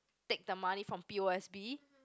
take the money from P_O_S_B